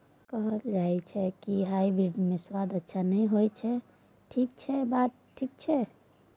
कहल जायत अछि की हाइब्रिड मे स्वाद अच्छा नही होयत अछि, की इ बात ठीक अछि?